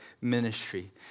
ministry